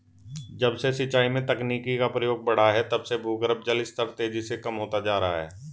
जब से सिंचाई में तकनीकी का प्रयोग बड़ा है तब से भूगर्भ जल स्तर तेजी से कम होता जा रहा है